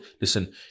listen